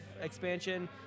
expansion